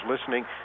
listening